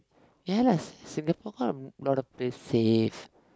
ya lah Singapore lah a lot of place safe